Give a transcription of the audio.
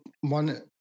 one